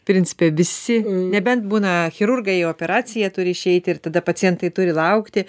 principe visi nebent būna chirurgai į operaciją turi išeiti ir tada pacientai turi laukti